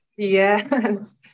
Yes